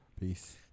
Peace